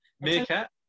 Meerkat